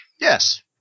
Yes